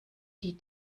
die